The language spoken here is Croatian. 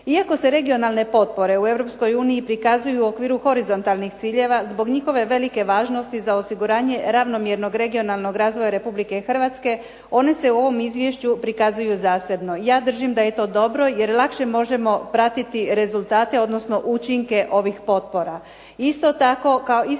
Iako se regionalne potpore u Europskoj uniji prikazuju u okviru horizontalnih ciljeva, zbog njihove velike važnosti za osiguranje ravnomjernog regionalnog razvoja Republike Hrvatske, one se u ovom izvješću prikazuju zasebno. Ja držim da je to dobro jer lakše možemo pratiti rezultate, odnosno učinke ovih potpora,